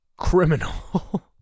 criminal